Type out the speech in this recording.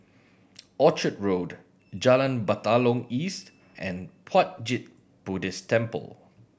Orchard Road Jalan Batalong East and Puat Jit Buddhist Temple